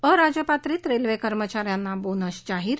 अराजपत्रीत railway कर्मचाऱ्यांना bonus जाहीर